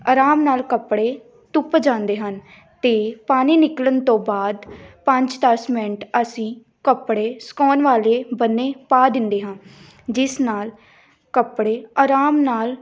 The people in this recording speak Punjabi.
ਅਰਾਮ ਨਾਲ ਕੱਪੜੇ ਧੁਪ ਜਾਂਦੇ ਹਨ ਅਤੇ ਪਾਣੀ ਨਿਕਲਣ ਤੋਂ ਬਾਅਦ ਪੰਜ ਦਸ ਮਿੰਟ ਅਸੀਂ ਕੱਪੜੇ ਸੁਕਾਉਣ ਵਾਲੇ ਬੰਨੇ ਪਾ ਦਿੰਦੇ ਹਾਂ ਜਿਸ ਨਾਲ ਕੱਪੜੇ ਅਰਾਮ ਨਾਲ